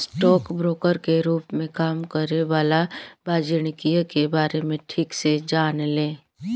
stock broker के रूप में काम करे वाला वाणिज्यिक के बारे में ठीक से जाने ले